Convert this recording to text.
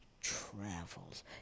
travels